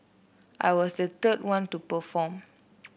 I was the third one to perform